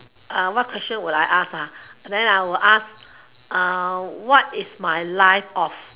uh what question would I ask then I will ask what is my life of